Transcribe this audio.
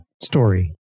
story